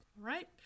right